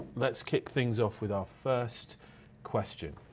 let's kick things off with our first question.